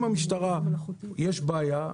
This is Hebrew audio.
אם למשטרה יש בעיה,